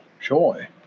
joy